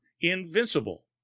invincible